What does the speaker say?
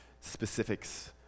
specifics